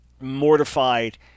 mortified